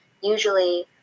usually